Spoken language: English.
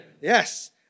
Yes